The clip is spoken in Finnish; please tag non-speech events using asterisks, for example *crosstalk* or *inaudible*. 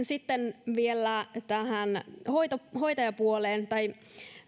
*unintelligible* sitten vielä tähän hoitajapuoleen tai